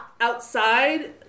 outside